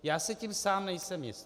Já si tím sám nejsem jist.